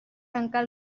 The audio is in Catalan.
tancar